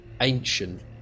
ancient